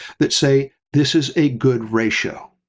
that say this is a good ratio.